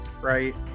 right